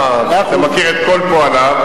אתה מכיר את כל פעליו,